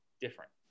different